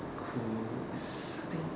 cool is I think